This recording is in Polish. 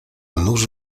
nuż